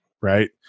right